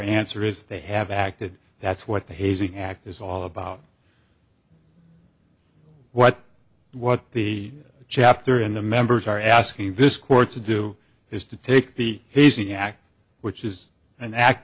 answer is they have acted that's what the hazing act is all about what what the chapter in the members are asking this court to do is to take the hazing act which is an act